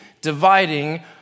dividing